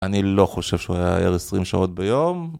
אני לא חושב שהוא היה ער 20 שעות ביום.